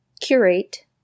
curate